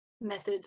methods